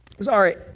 sorry